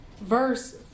verse